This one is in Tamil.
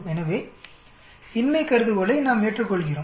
எனவே இன்மை கருதுகோளை நாம் ஏற்றுக்கொள்கிறோம்